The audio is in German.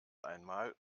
einmal